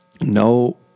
No